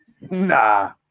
Nah